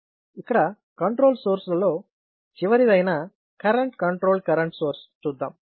ఇక్కడ control source లలో చివరిదైన కరెంట్ కంట్రోల్ కరెంట్ సోర్స్ చూద్దాం